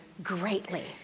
greatly